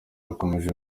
bikomeje